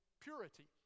purity